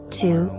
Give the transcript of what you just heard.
two